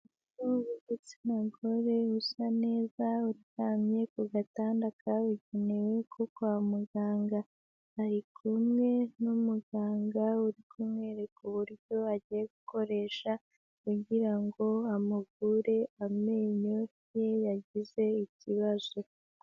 Umuntu w'igitsina gore usa neza uryamye ku gatanda kabigenewe ko kwa muganga, ari kumwe numuganga urikureka buryo agiye gukoresha kugirango ngo amugure amenyo ye yagize ikibazo.